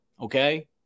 okay